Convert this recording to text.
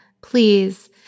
Please